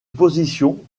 position